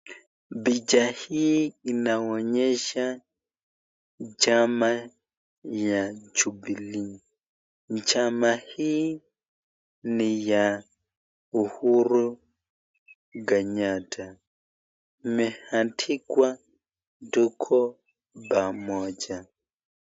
Picha hii inaonyesha chama cha Jubilee. Chama hii ni ya uhuru Kenyata. Imewekwa mkono pammoja.